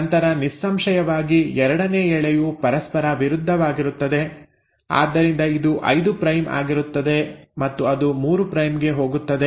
ನಂತರ ನಿಸ್ಸಂಶಯವಾಗಿ ಎರಡನೇ ಎಳೆಯು ಪರಸ್ಪರ ವಿರುದ್ಧವಾಗಿರುತ್ತದೆ ಆದ್ದರಿಂದ ಇದು 5 ಪ್ರೈಮ್ ಆಗಿರುತ್ತದೆ ಮತ್ತು ಅದು 3 ಪ್ರೈಮ್ ಗೆ ಹೋಗುತ್ತದೆ